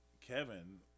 Kevin